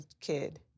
kid